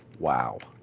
wow.